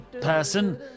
person